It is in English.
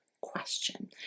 question